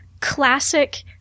Classic